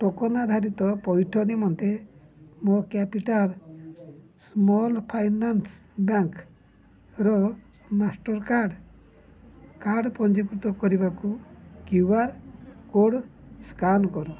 token ଆଧାରିତ ପଇଠ ନିମନ୍ତେ ମୋ କ୍ୟାପିଟାଲ୍ ସ୍ମଲ୍ ଫାଇନାନ୍ସ୍ ବ୍ୟାଙ୍କ୍ର ମାଷ୍ଟର୍ କାର୍ଡ଼୍ କାର୍ଡ଼ ପଞ୍ଜୀକୃତ କରିବାକୁ କ୍ୟୁ ଆର୍ କୋଡ଼୍ ସ୍କାନ କର